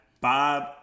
Bob